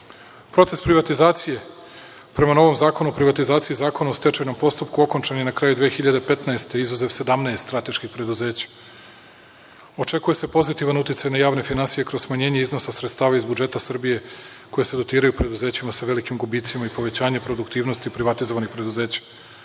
privatizacije prema novom Zakonu o privatizaciji, Zakonu o stečajnom postupku okončan je na kraju 2015. godine, izuzev 17 strateških preduzeća. Očekuje se pozitivan uticaj na javne finansije kroz smanjenje iznosa sredstava iz budžeta Srbije, koja se dotiraju preduzećima sa velikim gubicima i povećanje produktivnosti privatizovanih preduzeća. Od